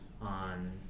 on